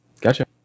Gotcha